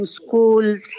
schools